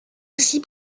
aussi